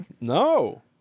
No